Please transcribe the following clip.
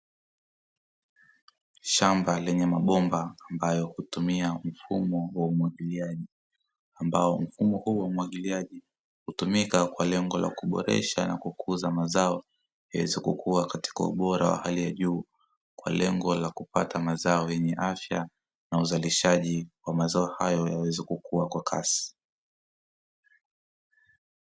Shamba lenye mabomba ambayo hutumia mfumo wa umwagiliaji, ambao mfumo huu wa umwagiliaji hutumika kuboresha na kukuza mazao yaweze kukua katika ubora wa hali ya juu kwa lengo la kupata mazao yenye afya na uzalishaji wa mazao hayo yaweze kukua kwa kasi.